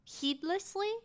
Heedlessly